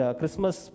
Christmas